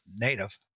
native